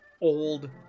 old